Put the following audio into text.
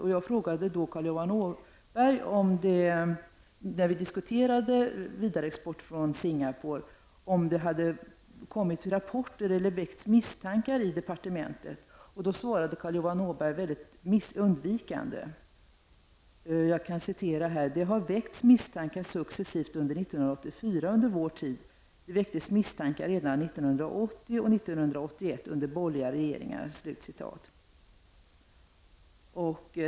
När vi diskuterade vidareexport från Singapore frågade jag Carl Johan Åberg om det hade kommit rapporter eller väckts misstankar i departementet. Carl Johan Åberg svarade då mycket undvikande: ''Det har väckts misstankar successivt under 1984 under vår tid. Det väcktes misstankar redan 1980 och 1981 under borgerliga regeringar.''